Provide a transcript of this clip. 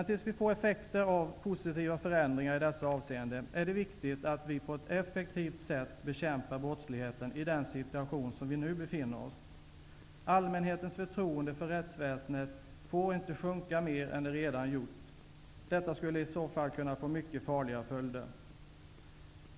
Tills vi får effekter av positiva förändringar i dessa avseenden är det viktigt att vi på ett effektivare sätt bekämpar brottsligheten i den situation där vi nu befinner oss. Allmänhetens förtroende för rättsväsendet får inte sjunka mer än det redan gjort! Detta skulle i så fall kunna få mycket farliga följder.